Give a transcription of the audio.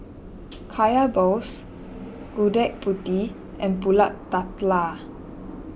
Kaya Balls Gudeg Putih and Pulut